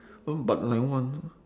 but like what